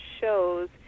shows